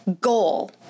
goal